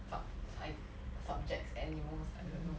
sub~ I subjects animals I don't know